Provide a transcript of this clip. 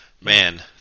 man